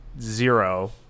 zero